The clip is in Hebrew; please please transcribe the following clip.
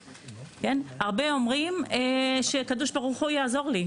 הרבה אומרים שהקדוש ברוך-הוא יעזור להם.